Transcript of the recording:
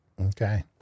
Okay